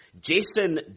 Jason